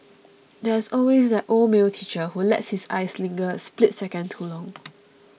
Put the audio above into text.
there's always that old male teacher who lets his eyes linger a split second too long